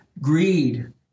Greed